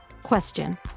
question